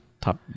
Top